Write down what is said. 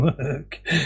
work